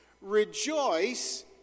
rejoice